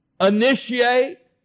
initiate